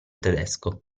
tedesco